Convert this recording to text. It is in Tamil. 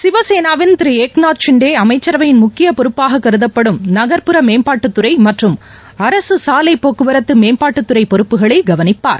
சிவசேனாவின் திரு ஏக்நாத் ஷிண்டே அமைச்சரவையின் முக்கிய பொறுப்பாக கருதப்படும் நகர்ப்புற மேம்பாட்டுத் துறை மற்றும் அரசு சாலைப் போக்குவரத்து மேம்பாட்டு துறை பொறுப்புகளை கவனிப்பார்